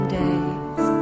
days